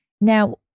Now